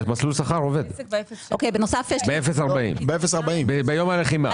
מסלול שכר עובד ב-0 עד 40 ביום הלחימה.